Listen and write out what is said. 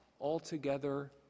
altogether